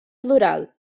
plural